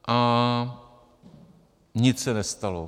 A nic se nestalo.